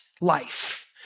life